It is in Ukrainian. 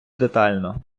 детально